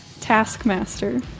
Taskmaster